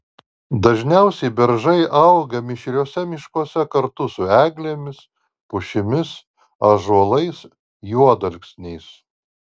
dažniausiai beržai auga mišriuose miškuose kartu su eglėmis pušimis ąžuolais juodalksniais